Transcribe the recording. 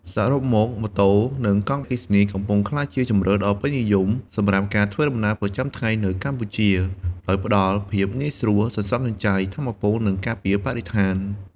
សរុបមកម៉ូតូ និងកង់អគ្គិសនីកំពុងក្លាយជាជម្រើសដ៏ពេញនិយមសម្រាប់ការធ្វើដំណើរប្រចាំថ្ងៃនៅកម្ពុជា ដោយផ្តល់ភាពងាយស្រួល សន្សំសំចៃថាមពល និងការពារបរិស្ថាន។